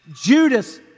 Judas